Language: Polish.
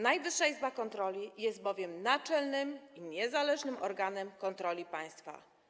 Najwyższa Izba Kontroli jest bowiem naczelnym i niezależnym organem kontroli państwa.